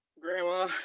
Grandma